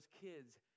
kids